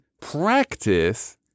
practice